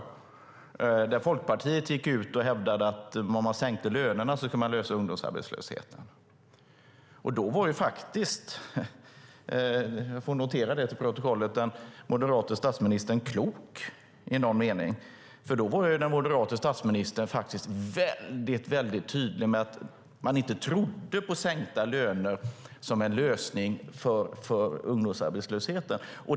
Där gick Folkpartiet ut och hävdade att om man sänkte lönerna skulle man lösa ungdomsarbetslösheten. Jag får notera till protokollet att den moderate statsministern då i någon mening var klok. Den moderate statsministern var väldigt tydlig med att man inte trodde på sänkta löner som en lösning för ungdomsarbetslösheten.